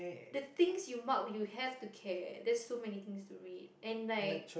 the things you mark you have to care there's so many things to read and like